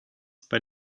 bei